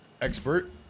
expert